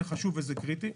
זה חשוב וזה קריטי.